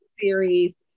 series